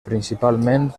principalment